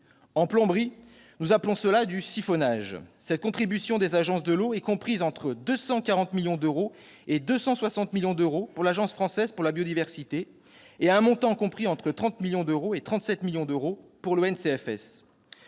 En plomberie, nous appelons cela du siphonnage ! Cette contribution des agences de l'eau est comprise entre 240 millions d'euros et 260 millions d'euros pour l'Agence française pour la biodiversité et entre 30 et 37 millions d'euros pour l'ONCFS.